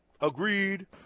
Agreed